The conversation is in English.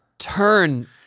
Turn